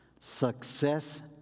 success